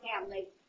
family